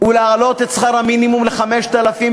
ולהעלות את שכר המינימום ל-5,000,